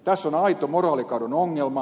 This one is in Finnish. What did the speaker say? tässä on aito moraalikadon ongelma